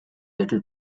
little